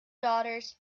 daughters